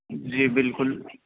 جی بالکل